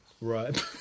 Right